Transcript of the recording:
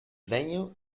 venue